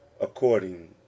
ACCORDING